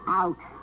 out